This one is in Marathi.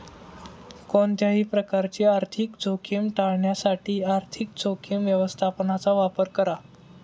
कोणत्याही प्रकारची आर्थिक जोखीम टाळण्यासाठी आर्थिक जोखीम व्यवस्थापनाचा वापर करा